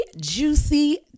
juicy